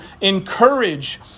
encourage